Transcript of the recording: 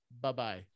Bye-bye